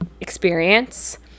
experience